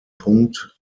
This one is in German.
punkt